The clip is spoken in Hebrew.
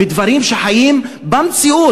בדברים שחיים במציאות.